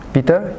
Peter